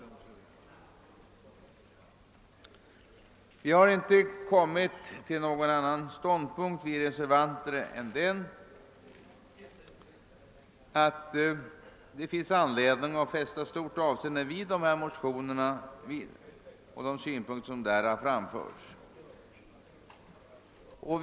Vi reservanter har inte kunnat komma till någon annan slutsats än att del finns anledning att fästa stort avscende vid de synpunkter som framförts i motionerna.